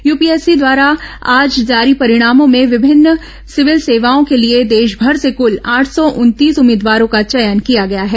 UPSC द्वारा आज जारी परिणामों में विभिन्न सिविल सेवाओं के लिए देशमर से कुल आठ सौ उनतीस उम्मीदवारों का चयन किया गया है